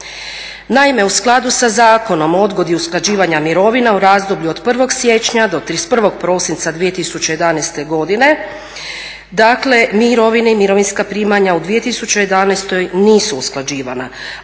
Naime, u skladu sa Zakonom o odgodi usklađivanja mirovina u razdoblju od 1.siječnja do 31.prosinca 2011.godine mirovine i mirovinska primanja u 2011.nisu usklađivana,